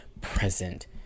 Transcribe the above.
present